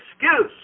excuse